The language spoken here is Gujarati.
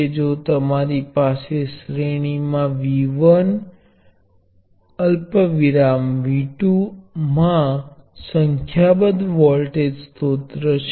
જો મારી પાસે શ્રેણીમાં એન ઇન્ડેક્ટર છે તો સંયોજન એક જ પ્રેષકની સમકક્ષ છે જેનું મૂલ્ય L1 L2 LN છે આ N શ્રેણી ના ઇન્ડક્ટર્સ માટે છે